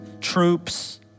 troops